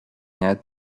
nie